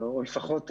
לפחות הרוב.